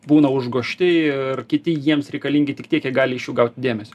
būna užgožti ir kiti jiems reikalingi tik tiek kiek gali iš jų gauti dėmesio